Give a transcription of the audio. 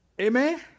Amen